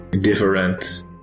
different